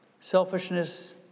selfishness